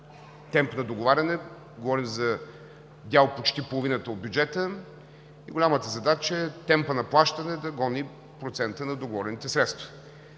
темп на договаряне – говорим за дял почти половината от бюджета и голямата задача е темпът на плащане да гони процента на договорените средства.